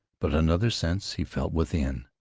but another sense he felt within.